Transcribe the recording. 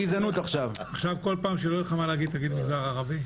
עכשיו כל פעם כשלא יהיה לך מה להגיד תגיד המגזר הערבי?